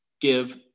give